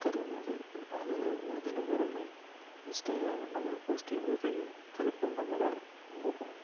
കരുതുന്നത് അതിന് അതിന് പുറമേ ഇൻസ്റ്റാഗ്രാമിൽ നമ്മൾ പോസ്റ്റ് ചെയ്യുമ്പഴത്തേനും ചിലപ്പോൾ നമ്മുടെ മുഖം